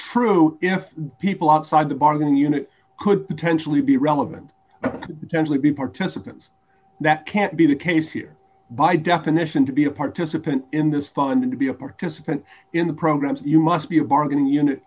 true if people outside the bargain you know could potentially be relevant and generally be participants that can't be the case here by definition to be a participant in this funding to be a participant in the program you must be a bargain unit